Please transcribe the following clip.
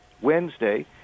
Wednesday